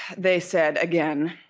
they said again,